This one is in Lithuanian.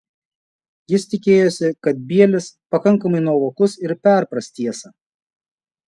jis tikėjosi kad bielis pakankamai nuovokus ir perpras tiesą